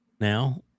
now